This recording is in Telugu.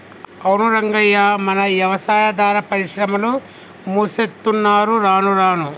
అవును రంగయ్య మన యవసాయాదార పరిశ్రమలు మూసేత్తున్నరు రానురాను